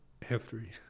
history